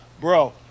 Bro